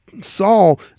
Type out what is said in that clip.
Saul